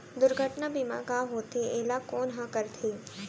दुर्घटना बीमा का होथे, एला कोन ह करथे?